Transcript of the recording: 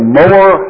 more